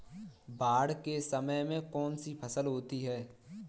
बाढ़ के समय में कौन सी फसल होती है?